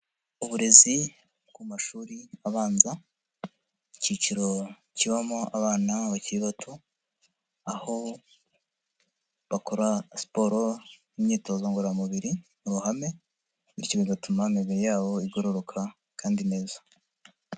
Uburezi ku mashuri abanza icyiciro kibamo abana bakiri bato aho bakora siporo n' imyitozo ngororamubiri mu ruhame bityo bigatuma imibiri yabo igororoka kandi neza.